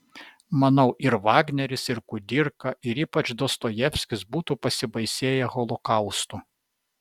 manau ir vagneris ir kudirka ir ypač dostojevskis būtų pasibaisėję holokaustu